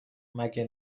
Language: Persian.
مگه